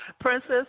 Princess